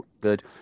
good